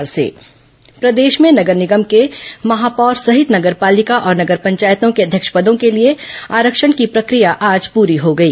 नगरीय निकाय चुनाव आरक्षण प्रदेश में नगर निगम के महापौर सहित नगर पालिका और नगर पंचायतों के अध्यक्ष के पदों के लिए आरक्षण की प्रक्रिया आज पूरी हो गई